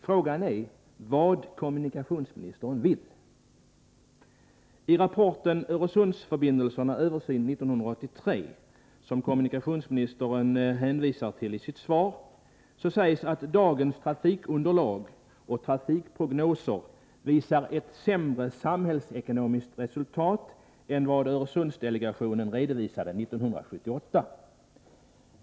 Frågan är vad Måndagen den kommunikationsministern vill. : 23 januari 1984 I rapporten Öresundsförbindelser — Översyn 1983, som kommunikationsministern alltså hänvisar till i sitt svar, sägs att dagens trafikunderlag och — Om en fast förtrafikprognoser visar ett sämre samhällsekonomiskt resultat än vad = pindelse mellan Öresundsdelegationen redovisade 1978.